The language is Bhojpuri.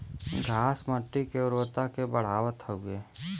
घास मट्टी के उर्वरता के बढ़ावत हउवे